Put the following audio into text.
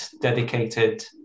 dedicated